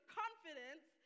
confidence